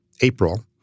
April